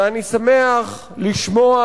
ואני שמח לשמוע